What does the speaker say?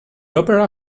opera